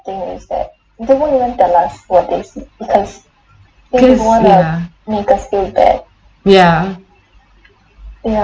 because ya ya